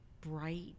bright